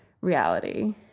reality